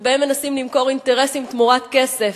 שבהן מנסים למכור אינטרסים תמורת כסף